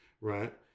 right